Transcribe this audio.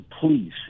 please